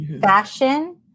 fashion